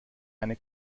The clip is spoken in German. eine